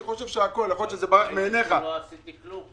אני חושב שבעיניך זה -- אני לא עשיתי כלום,